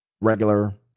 regular